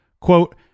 quote